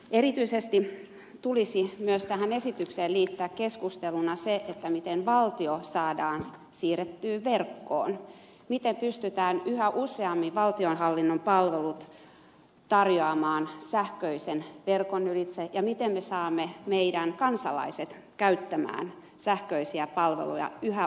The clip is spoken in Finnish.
erityisesti tulisi myös tähän esitykseen liittää keskusteluna se miten valtio saadaan siirrettyä verkkoon miten pystytään yhä useammin valtionhallinnon palvelut tarjoamaan sähköisen verkon ylitse ja miten me saamme meidän kansalaisemme käyttämään sähköisiä palveluja yhä useammin